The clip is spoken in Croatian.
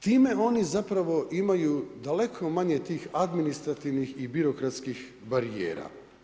Time oni zapravo imaju daleko manje tih administrativnih i birokratskih barijera.